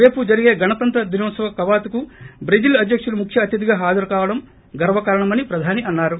రేపు జరిగే గణతంత్ర దినోత్సవ కవాతుకు బ్రెజిల్ అధ్యకుడు ముఖ్య అతిథిగా హాజరుకావడం గర్వకారణమని ప్రధాని అన్నారు